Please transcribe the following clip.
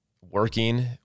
working